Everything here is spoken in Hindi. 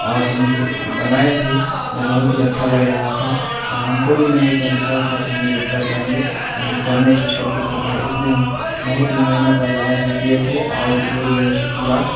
और हम जो बनाए थे वो बहुत ही अच्छा लग रहा था और हमको भी नहीं उतना विश्वास था कि हम ये कर पाएंगे लेकिन करने से सब कुछ होता है इसलिए हम बहुत ही मेहनत और लगन से किए थे और वो जो है जो पूरा